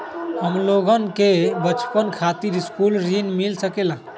हमलोगन के बचवन खातीर सकलू ऋण मिल सकेला?